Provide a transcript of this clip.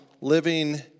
living